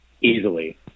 Easily